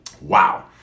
Wow